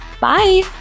Bye